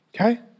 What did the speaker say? okay